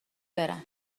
برم